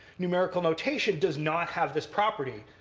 numerical notation does not have this property.